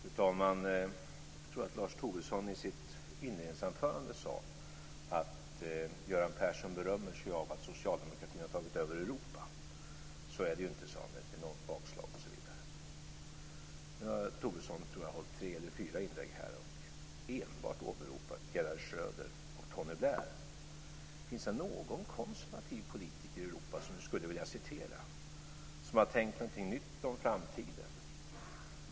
Fru talman! Jag tror att Lars Tobisson i sitt inledningsanförande sade att Göran Persson berömmer sig av att socialdemokratin har tagit över Europa. Så är det inte, sade han. Det är ett enormt bakslag, osv. Nu har Tobisson haft tre eller fyra inlägg här och enbart åberopat Gerhard Schröder och Tony Blair. Finns det någon konservativ politiker i Europa som du skulle vilja citera, som har tänkt någonting nytt om framtiden?